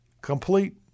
complete